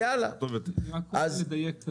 אני מבקש לדייק.